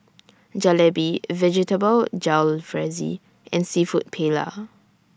Jalebi Vegetable Jalfrezi and Seafood Paella